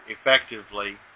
effectively